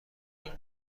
این